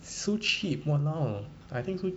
so cheap !walao! I think so